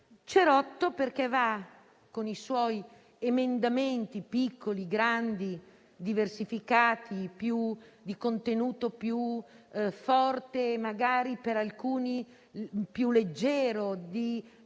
"cerotto", perché, con i suoi emendamenti, piccoli, grandi, diversificati, di contenuto più forte per alcuni e più leggero per